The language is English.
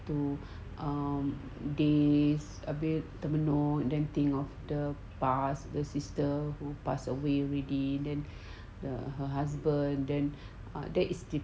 two days a bit termenung thing of the past the sister who passed away already then the her husband then uh there is